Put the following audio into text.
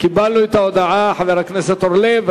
קיבלנו את ההודעה, חבר הכנסת אורלב.